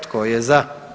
Tko je za?